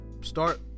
start